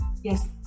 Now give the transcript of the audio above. Yes